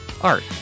art